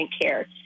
care